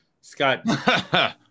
Scott